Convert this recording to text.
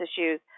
issues